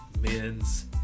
men's